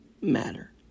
matter